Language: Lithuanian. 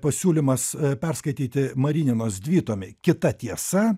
pasiūlymas perskaityti marininos dvitomį kita tiesa